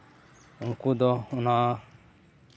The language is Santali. ᱩᱱᱠᱩ ᱫᱚ ᱚᱱᱟ